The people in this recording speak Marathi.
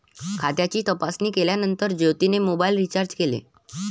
खात्याची तपासणी केल्यानंतर ज्योतीने मोबाइल रीचार्ज केले